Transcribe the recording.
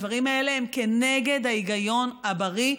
הדברים האלה הם כנגד ההיגיון הבריא,